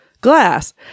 glass